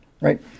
right